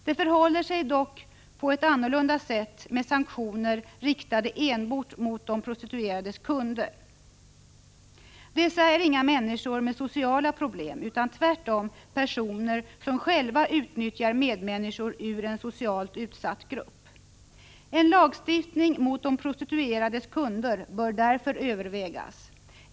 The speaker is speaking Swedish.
Det förhåller sig dock på ett annorlunda sätt med sanktioner riktade enbart mot de prostituerades kunder. Dessa är inga människor med sociala problem utan tvärtom personer som själva utnyttjar medmänniskor ur en socialt utsatt grupp. En lagstiftning mot de prostituerades kunder bör därför övervägas.